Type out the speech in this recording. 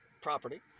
property